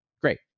Great